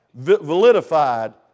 validified